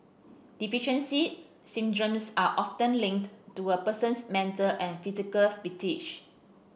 deficiency syndromes are often linked to a person's mental and physical fatigue